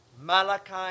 Malachi